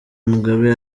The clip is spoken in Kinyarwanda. mugabe